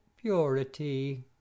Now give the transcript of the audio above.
purity